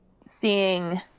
seeing